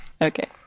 Okay